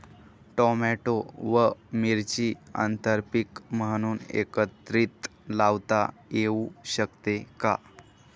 Tomato व मिरची आंतरपीक म्हणून एकत्रित लावता येऊ शकते का?